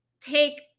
take